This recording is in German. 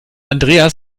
andreas